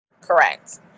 Correct